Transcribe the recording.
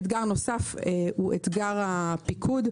אתגר נוסף הוא אתגר הפיקוד.